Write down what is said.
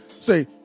Say